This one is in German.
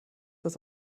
das